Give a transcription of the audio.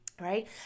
Right